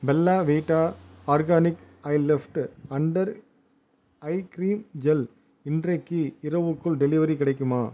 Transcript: Bella Vita organic eye lift under eye cream gel இன்றைக்கு இரவுக்குள் delivery கிடைக்குமா